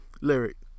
lyric